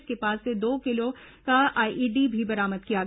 इसके पास से दो किलो को आईईडी भी बरामद किया गया है